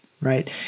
Right